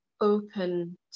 open